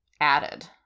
added